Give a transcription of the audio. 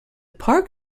park